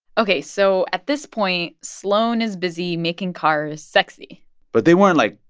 ok. so at this point, sloan is busy making cars sexy but they weren't, like,